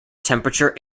temperature